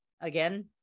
again